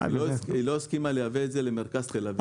היא לא הסכימה לייבא את זה למרכז תל אביב.